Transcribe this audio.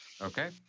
Okay